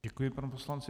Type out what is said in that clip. Děkuji panu poslanci.